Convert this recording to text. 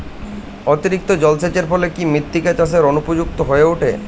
অতিরিক্ত জলসেচের ফলে কি মৃত্তিকা চাষের অনুপযুক্ত হয়ে ওঠে?